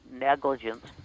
negligence